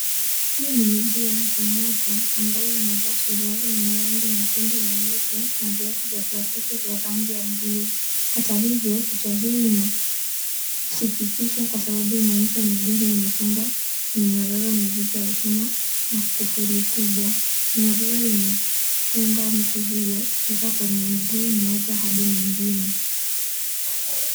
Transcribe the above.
Hii ni miguu ya mtu mmoja ambaye amevaa suruali yenye rangi nyekundu na nyeupe na viatu vya plastiki vya rangi ya buluu. Hata hivyo picha hii inasikitisha kwa sababu inaonyesha miguu hii imefungwa minyororo mizito ya chuma na kufuli kubwa. Minyororo imefunga mtu huyo kutoka kwenye mguu mmoja hadi mwingine.